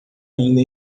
ainda